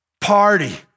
party